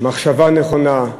מחשבה נכונה,